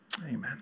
amen